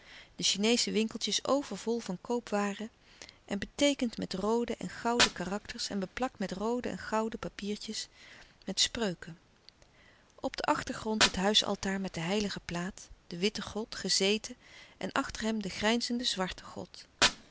de chineesche winkeltjes overvol van koopwaren en beteekend met roode en gouden karakters en beplakt met roode en gouden papiertjes met spreuken op den achtergrond het huisaltaar met de heilige plaat de witte god gezeten en achter hem de grijnzende zwarte god